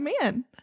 man